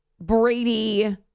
Brady